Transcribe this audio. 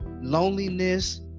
loneliness